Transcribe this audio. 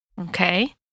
Okay